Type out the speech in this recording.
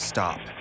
Stop